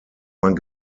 man